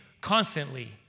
Constantly